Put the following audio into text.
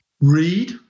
Read